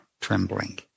trembling